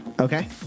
Okay